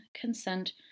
consent